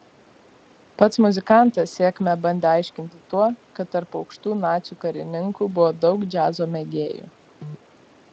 pats muzikantas sėkmę bandė aiškinti tuo kad tarp aukštų nacių karininkų buvo daug džiazo mėgėjų